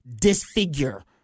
disfigure